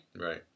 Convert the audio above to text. Right